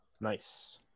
Nice